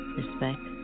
respect